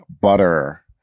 butter